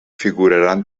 figuraran